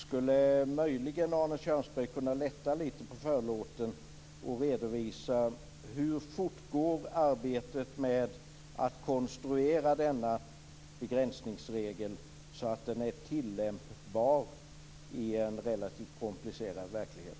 Skulle möjligen Arne Kjörnsberg kunna lätta lite på förlåten och redovisa hur fort arbetet går med att konstruera denna begränsningsregel så att den är tillämpbar i en relativt komplicerad verklighet?